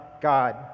God